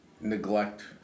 neglect